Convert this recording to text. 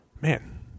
Man